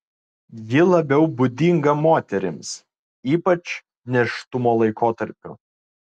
ji labiau būdinga moterims ypač nėštumo laikotarpiu